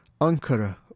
Ankara